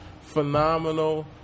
phenomenal